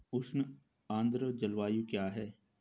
उष्ण आर्द्र जलवायु क्या है?